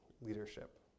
leadership